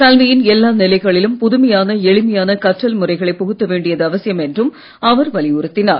கல்வியின் எல்லா நிலைகளிலும் புதுமையான எளிமையான கற்றல் முறைகளை புகுத்த வேண்டியது அவசியம் என்றும் அவர் வலியுறுத்தினார்